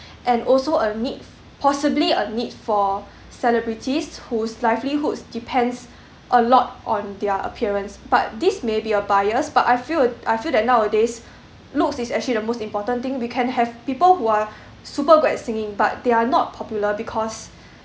and also a need possibly a need for celebrities whose livelihoods depends a lot on their appearance but this may be a bias but I feel I feel that nowadays looks is actually the most important thing we can have people who are super good at singing but they are not popular because